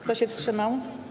Kto się wstrzymał?